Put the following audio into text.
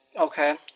Okay